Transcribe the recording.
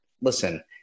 listen